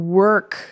work